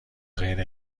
غیر